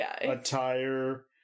attire